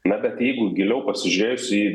na bet jeigu giliau pasižiūrėjus į